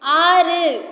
ஆறு